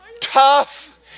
Tough